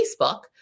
Facebook